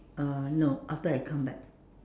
uh no after I come back